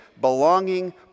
belonging